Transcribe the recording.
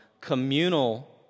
communal